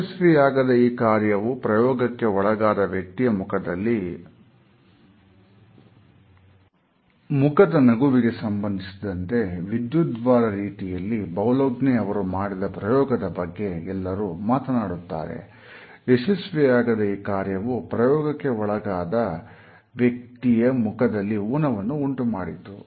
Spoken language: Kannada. ಯಶಸ್ವಿಯಾಗದ ಈ ಕಾರ್ಯವು ಪ್ರಯೋಗಕ್ಕೆ ಒಳಗಾದ ವ್ಯಕ್ತಿಯ ಮುಖದಲ್ಲಿ ಊನವನ್ನು ಉಂಟುಮಾಡಿತು